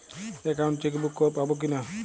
Account chequebook পাবো কি না?